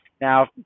now